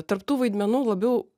tarp tų vaidmenų labiau